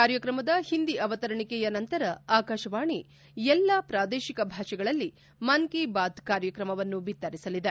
ಕಾರ್ಯಕ್ರಮದ ಒಂದಿ ಆವತರಣಿಕೆಯ ನಂತರ ಆಕಾಶವಾಣಿ ಎಲ್ಲ ಪ್ರಾದೇಶಿಕ ಭಾಷೆಗಳಲ್ಲಿ ಮನ್ ಕಿ ಬಾತ್ ಕಾರ್ಯಕ್ರಮವನ್ನು ಬಿತ್ತರಿಸಲಿದೆ